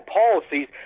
policies